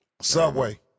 Subway